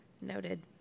noted